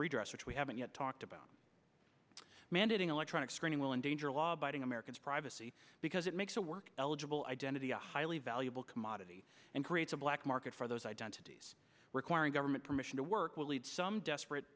redress which we haven't yet talked about mandating electronic screening will endanger law abiding americans privacy because it makes the work eligible identity a highly valuable commodity and creates a black market for those identities requiring government permission to work would lead some desperate